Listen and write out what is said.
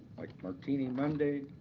like martini monday.